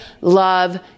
love